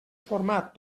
format